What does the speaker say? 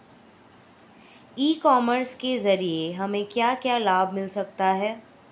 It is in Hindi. ई कॉमर्स के ज़रिए हमें क्या क्या लाभ मिल सकता है?